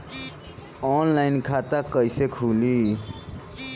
Online खाता कईसे खुलि?